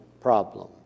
problem